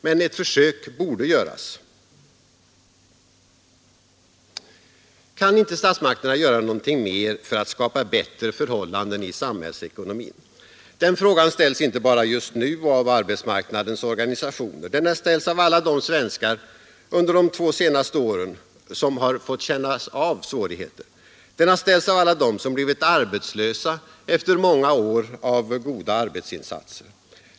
Men ett försök borde göras. Kan inte statsmakterna göra någonting mer för att skapa bättre förhållanden i sam hällsekonomin? Den frågan ställs inte bara just nu och av arbetsmarknadens organisationer. Den har ställts av alla de svenskar under de två senaste åren som har fått känna av svårigheter. Den har ställts av alla dem som blivit arbetslösa efter att under många år ha gjort en god arbetsinsats.